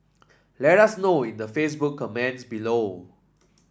let us know in the Facebook comments below